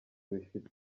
bifite